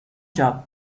job